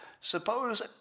suppose